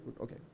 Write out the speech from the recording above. Okay